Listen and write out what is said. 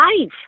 life